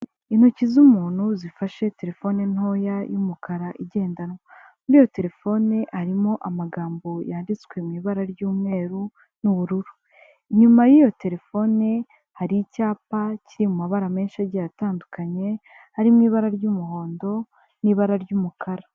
Intoki z'umuntu zifashe telefone ntoya y'umukara igendanwa muri iyo telefone harimo amagambo yanditswe mu ibara ry'umweru n'ubururu, inyuma y'iyo telefone hari icyapa kiri mu mabara menshi agiye atandukanye harimo ibara ry'umuhondo n'ibara ry'umukara.